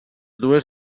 dues